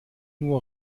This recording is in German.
nur